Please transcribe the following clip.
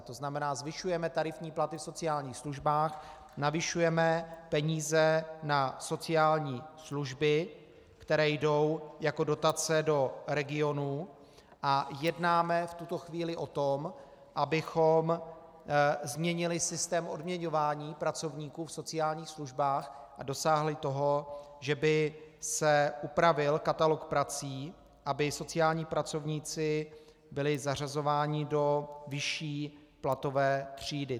To znamená, zvyšujeme tarifní platy v sociálních službách, navyšujeme peníze na sociální služby, které jdou jako dotace do regionů, a jednáme v tuto chvíli o tom, abychom změnili systém odměňování pracovníků v sociálních službách a dosáhli toho, že by se upravil katalog prací, aby sociální pracovníci byli zařazováni do vyšší platové třídy.